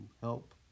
help